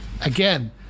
again